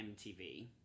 MTV